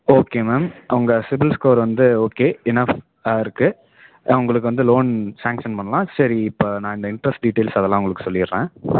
okay ma'am உங்கள் CIBIL score வந்து okay இனாஃபாக இருக்கு உங்களுக்கு வந்து லோன் சேங்க்ஷன் பண்ணலாம் சரி இப்போ நான் இன்ட்ரெஸ்ட் டீட்டெயில்ஸ் அதெல்லாம் உங்களுக்கு சொல்லிடுறேன்